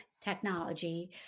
technology